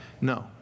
No